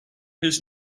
his